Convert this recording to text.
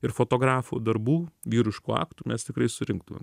ir fotografų darbų vyriškų aktų mes tikrai surinktumėm